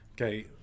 okay